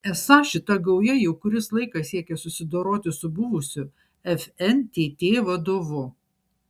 esą šita gauja jau kuris laikas siekia susidoroti ir su buvusiu fntt vadovu